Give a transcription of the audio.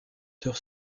sur